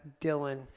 Dylan